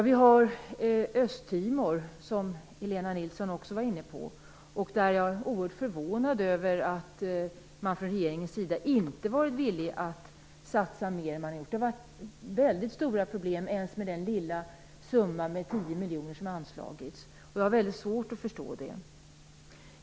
Vi har Östtimor, som Helena Nilsson också var inne på, och jag är oerhört förvånad över att man från regeringens sida inte har varit villig att satsa mer än man har gjort. Det var mycket stora problem t.o.m. med den lilla summa, 10 miljoner, som har anslagits. Jag har mycket svårt att förstå det.